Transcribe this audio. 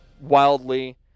wildly